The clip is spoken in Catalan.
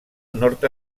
nord